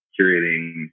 curating